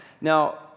Now